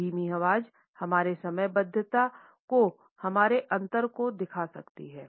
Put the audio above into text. धीमी आवाज़ हमारी समयबद्धता को हमारे अंतर को दिखा सकती है